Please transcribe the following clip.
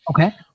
Okay